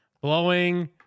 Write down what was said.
Blowing